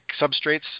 substrates